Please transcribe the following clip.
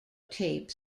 tape